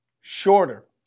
shorter